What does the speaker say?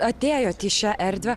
atėjot į šią erdvę